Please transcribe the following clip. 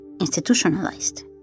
institutionalized